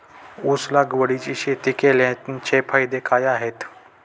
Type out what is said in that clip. ऊस लागवडीची शेती केल्याचे फायदे काय आहेत?